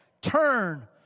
turn